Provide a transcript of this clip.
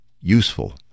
useful